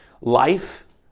life